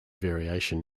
variation